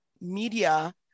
media